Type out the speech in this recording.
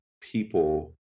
people